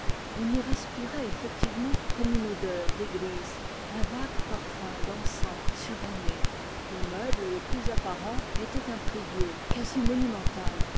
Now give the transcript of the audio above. on y respirait effectivement comme une odeur d'église un vague parfum d'encens suranné le meuble le plus apparent était un prie-dieu quasi monumental